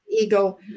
ego